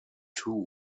two